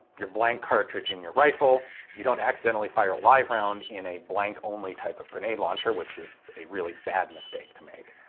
your blank cartridge in your rifle. you don't accidentally fire a live round in a blank only type of grenade launcher, which is a really bad mistake to make.